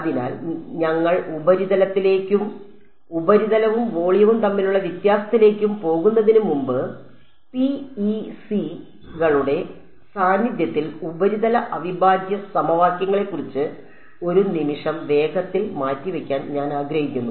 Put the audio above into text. അതിനാൽ ഞങ്ങൾ ഉപരിതലത്തിലേക്കും ഉപരിതലവും വോളിയവും തമ്മിലുള്ള വ്യത്യാസത്തിലേക്കും പോകുന്നതിനുമുമ്പ് PEC കളുടെ സാന്നിധ്യത്തിൽ ഉപരിതല അവിഭാജ്യ സമവാക്യങ്ങളെക്കുറിച്ച് ഒരു നിമിഷം വേഗത്തിൽ മാറ്റിവയ്ക്കാൻ ഞാൻ ആഗ്രഹിക്കുന്നു